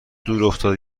دورافتاده